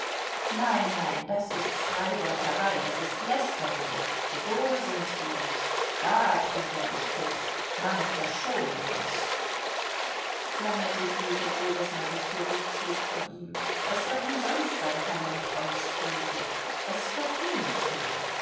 nein nein das ist freibeuterei das ist lästerung so sind wir nicht da tun wir nicht mit man verschone uns flametti fühlte wohl daß man sich zurückzog von ihm daß er umsonst sein talent ausspielte es verfing nicht mehr